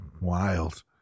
wild